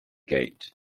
gate